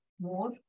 more